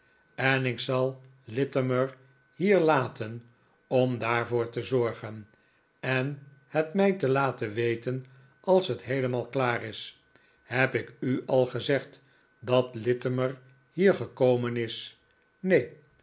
en ik zal littimer hier laten om daarvoor te zorgen en het mij te laten weten als het heelemaal klaar is heb ik u al gezegd dat littimer hier gekomen is